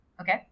Okay